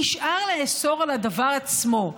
נשאר לאסור את הדבר עצמו,